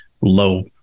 low